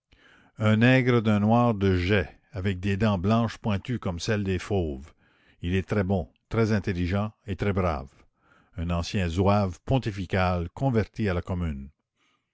un nègre d'un noir de jais avec des dents blanches pointues comme celles des fauves il est très bon très intelligent et très brave un ancien zouave pontifical converti à la commune